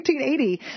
1980